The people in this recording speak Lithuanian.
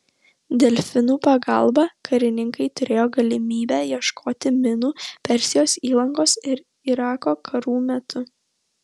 delfinų pagalba karininkai turėjo galimybę ieškoti minų persijos įlankos ir irako karų metu